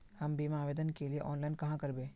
हम बीमा आवेदान के लिए ऑनलाइन कहाँ करबे?